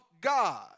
God